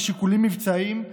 משיקולים מבצעיים,